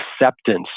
acceptance